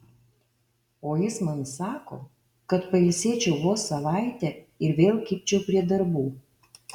o jis man sako kad pailsėčiau vos savaitę ir vėl kibčiau prie darbų